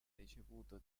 ricevuto